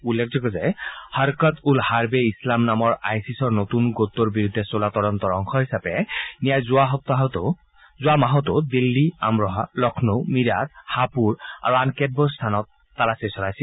উল্লেখযোগ্য যে হৰকত উ হাৰ্ব এ ইছলাম নামৰ আইছিছৰ নতুন গোটটোৰ সংক্ৰান্তত চলোৱা তদন্তৰ অংশ হিচাপে নিয়াই যোৱা মাহতো দিল্লী আমৰোহা লক্ষ্ণৌ মীৰাট হাপুৰ আৰু আনকেতবোৰ স্থানত তালাচী চলাইছিল